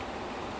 it's